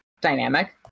dynamic